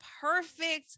perfect